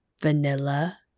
Vanilla